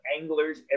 anglers